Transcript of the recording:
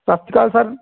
ਸਤਿ ਸ਼੍ਰੀ ਅਕਾਲ ਸਰ